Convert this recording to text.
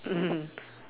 mm